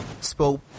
spoke